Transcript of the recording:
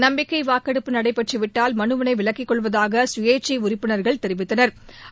நம்பிக்கை வாக்கெடுப்பு நடைபெற்று விட்டதாவ் மனுவினை விலக்கிக் கொள்வதாக கயேச்சை உறுப்பினா்கள் தெரிவித்தனா்